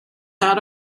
out